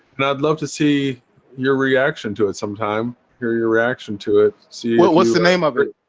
and i'd love to see your reaction to it sometime your your reaction to it. see well, what's the name of it?